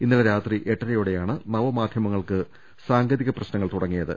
ഇന്നലെ രാത്രി എട്ടരയോ ടെയാണ് നവമാധ്യമങ്ങൾക്ക് സാങ്കേതിക പ്രശ്നങ്ങൾ തുട ങ്ങിയത്